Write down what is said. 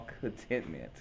contentment